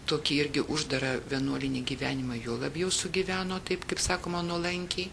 tokį irgi uždarą vienuolinį gyvenimą juo labiau sugyveno taip kaip sakoma nuolankiai